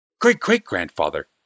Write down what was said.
Great-great-grandfather